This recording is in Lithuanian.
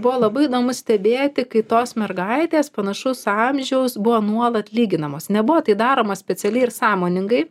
buvo labai įdomu stebėti kai tos mergaitės panašaus amžiaus buvo nuolat lyginamos nebuvo tai daroma specialiai ir sąmoningai